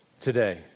today